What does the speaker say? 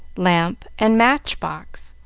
lamp, and match-box.